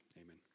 Amen